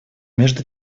между